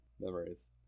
memories